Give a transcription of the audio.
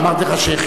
אמרתי לך שהחילו?